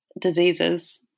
diseases